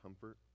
comfort